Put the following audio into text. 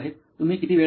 तुम्ही किती वेळा लिहता